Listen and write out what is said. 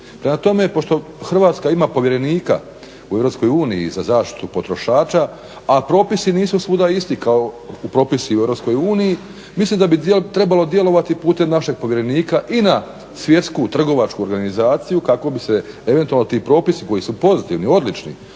Prema tome, pošto Hrvatska ima povjerenika u EU za zaštitu potrošača a propisi nisu svuda isti kao propisi u EU, mislim da bi trebalo djelovati putem našeg povjerenika i na svjetsku, trgovačku organizaciju kako bi se eventualno ti propisi koji su pozitivni, odlični